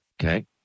okay